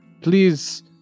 please